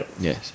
Yes